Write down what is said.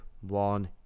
one